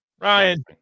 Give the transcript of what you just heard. Ryan